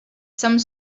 some